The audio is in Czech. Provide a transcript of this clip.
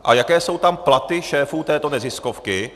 A jaké jsou tam platy šéfů této neziskovky?